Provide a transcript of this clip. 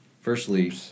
firstly